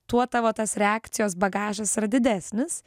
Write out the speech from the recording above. tuo tavo tas reakcijos bagažas yra didesnis